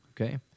Okay